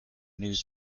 news